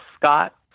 Scott